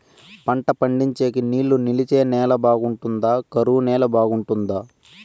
పంట పండించేకి నీళ్లు నిలిచే నేల బాగుంటుందా? కరువు నేల బాగుంటుందా?